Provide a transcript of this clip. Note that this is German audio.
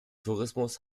tourismus